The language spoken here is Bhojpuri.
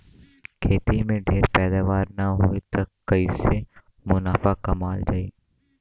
खेती में ढेर पैदावार न होई त कईसे मुनाफा कमावल जाई